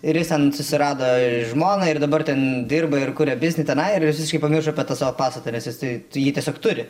ir jis ten susirado žmoną ir dabar ten dirba ir kuria biznį tenai ir visiškai pamiršo apie tą savo pastatą nes jisai jį tiesiog turi